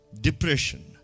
depression